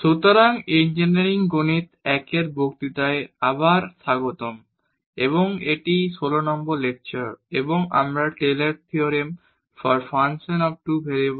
সুতরাং ইঞ্জিনিয়ারিং গণিত I এর বক্তৃতায় আবার স্বাগতম এবং আজ এটি 16 নম্বর লেকচার এবং আমরা দুই ভেরিয়েবলের টেইলরের থিওরেমTaylor's Theorem শিখব